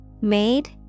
Made